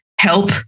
help